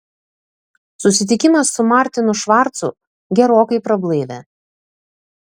susitikimas su martinu švarcu gerokai prablaivė